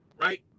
right